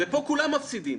פה כולם מפסידים.